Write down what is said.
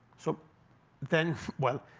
so then, well,